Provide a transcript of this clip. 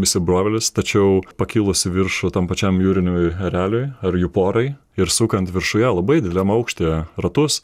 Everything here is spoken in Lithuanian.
įsibrovėlis tačiau pakilus į viršų tam pačiam jūriniui ereliui ar jų porai ir sukant viršuje labai dideliam aukštyje ratus